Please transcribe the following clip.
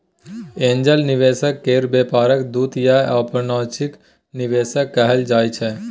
angel निवेशक केर व्यापार दूत या अनौपचारिक निवेशक कहल जाइ छै